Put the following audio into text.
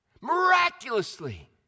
Miraculously